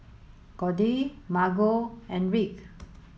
Codey Margo and Rick